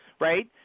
right